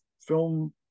film